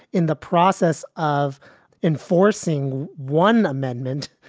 in the process of enforcing one amendment,